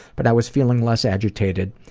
but i was feeling less agitated,